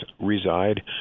reside